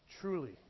Truly